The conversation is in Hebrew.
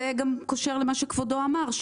זה גם קושר למה שכבודו אמר,